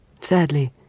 Sadly